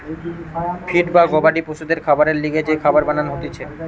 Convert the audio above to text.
feed বা গবাদি পশুদের খাবারের লিগে যে খাবার বানান হতিছে